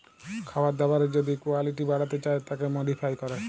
খাবার দাবারের যদি কুয়ালিটি বাড়াতে চায় তাকে মডিফাই ক্যরে